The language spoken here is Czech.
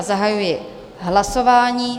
Zahajuji hlasování.